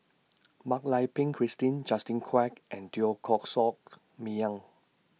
Mak Lai Peng Christine Justin Quek and Teo Koh Socked Miang